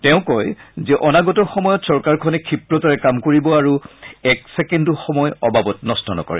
তেওঁ কয় যে অনাগত সময়ত চৰকাৰখনে ক্ষীপ্ৰতাৰে কাম কৰিব আৰু এক ছেকেণ্ডো অবাবত নষ্ট নকৰে